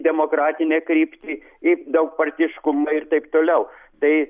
demokratinę kryptį į daugpartiškumą ir taip toliau tai